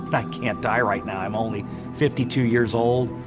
but i can't die right now. i'm only fifty two years old.